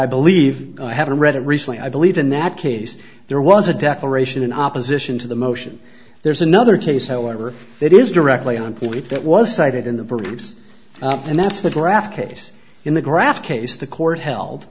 i believe i haven't read it recently i believe in that case there was a declaration in opposition to the motion there's another case however that is directly on point that was cited in the produce and that's the draft case in the graft case the court held